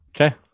Okay